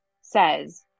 says